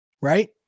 Right